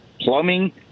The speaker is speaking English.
plumbing